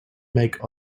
make